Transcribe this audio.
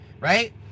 right